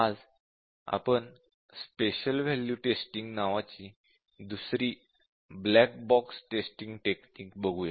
आज आपण special value testing नावाची दुसरी ब्लॅक बॉक्स टेस्टिंग टेक्निक बघूया